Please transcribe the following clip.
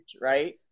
Right